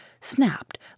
snapped